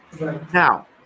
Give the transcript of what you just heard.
Now